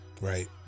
right